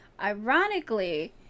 Ironically